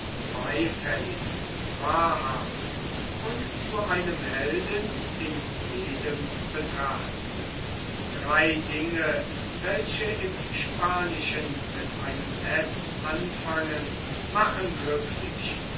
beifällig wahrhaft und zu einem helden in jedem betracht drei dinge welche im spanischen mit einem s anfangen machen glücklich